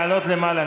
לעלות למעלה,